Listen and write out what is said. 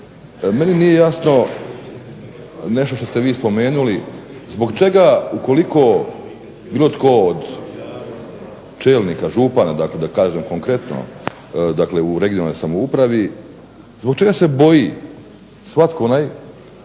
meni nije jasno nešto što ste vi spomenuli. Zbog čega ukoliko bilo tko od čelnika župana dakle da kažem konkretno u regionalnoj samoupravi, zbog čega se boji svatko onaj